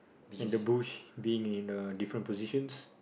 and the bush being in uh different positions